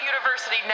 University